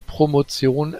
promotion